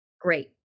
great